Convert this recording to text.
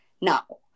now